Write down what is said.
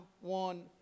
one